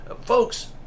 Folks